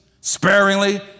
sparingly